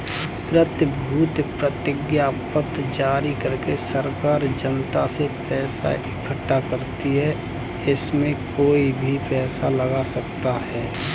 प्रतिभूति प्रतिज्ञापत्र जारी करके सरकार जनता से पैसा इकठ्ठा करती है, इसमें कोई भी पैसा लगा सकता है